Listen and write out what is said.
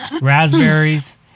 raspberries